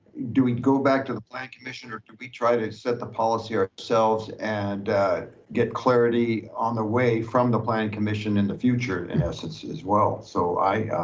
do we go back to the plan commission or do we try to set the policy ourselves and get clarity on the way from the planning commission in the future in essence as well? so i